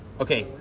okay,